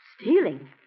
Stealing